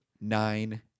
nine